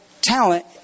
talent